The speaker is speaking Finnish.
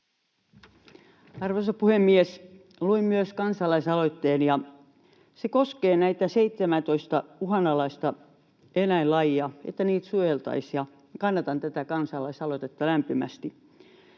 Arvoisa puhemies! Luin myös kansalaisaloitteen, ja se koskee näitä 17:ää uhanalaista eläinlajia, että niitä suojeltaisiin, ja kannatan tätä kansalaisaloitetta lämpimästi.